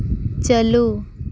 ᱪᱟᱹᱞᱩ